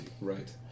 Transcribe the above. Right